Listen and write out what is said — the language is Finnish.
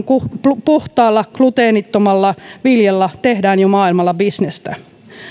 kuin puhtaalla gluteenittomalla viljalla tehdään jo maailmalla bisnestä